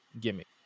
gimmick